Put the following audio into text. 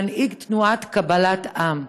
מנהיג תנועת קבלה לעם.